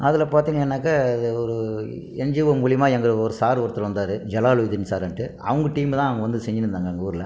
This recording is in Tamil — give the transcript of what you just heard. அதில் பார்த்திங்கன்னாக்க அது ஒரு என்ஜிஓ மூலயமா எங்களுக்கு ஒரு சாரு ஒருத்தர் வந்தார் ஜலாலுதீன் சார்ன்ட்டு அவங்க டீமு தான் அங்கே வந்து செஞ்சுனு இருந்தாங்க எங்கள் ஊரில்